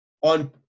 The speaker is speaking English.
on